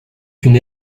une